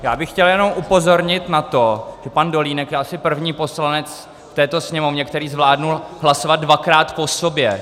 Já bych chtěl jenom upozornit na to, že pan Dolínek je asi první poslanec v této Sněmovně, který zvládl hlasovat dvakrát po sobě.